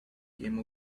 came